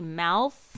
mouth